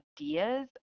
ideas